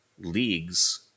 leagues